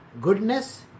Goodness